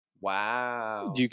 Wow